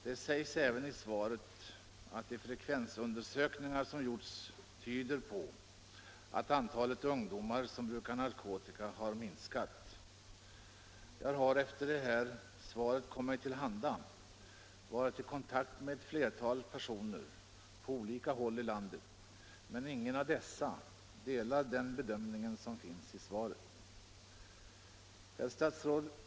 Det sägs även i svaret att de frekvensundersökningar som gjorts ”tyder på att antalet ungdomar som brukar narkotika har minskat”. Efter det att interpellationssvaret kom mig till handa har jag varit i kontakt med ett flertal personer på olika håll i landet, men ingen av dem delar den bedömning som finns i svaret.